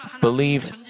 believe